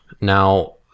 now